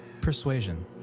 Persuasion